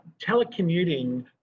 telecommuting